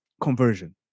conversion